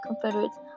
Confederates